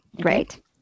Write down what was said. great